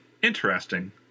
Interesting